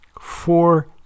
Four